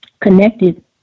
connected